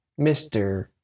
Mr